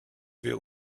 wir